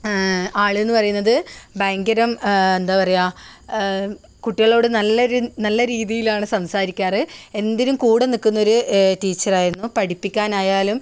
ആളെന്ന് പറയുന്നത് ഭയങ്കരം എന്താ പറയുക കുട്ടികളോട് നല്ലൊരു നല്ല രീതിയിലാണ് സംസാരിക്കാറ് എന്തിനും കൂടെ നിൽക്കുന്ന ഒരു ടീച്ചറായിരുന്നു പഠിപ്പിക്കാനായാലും